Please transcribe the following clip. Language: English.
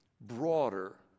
broader